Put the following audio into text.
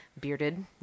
bearded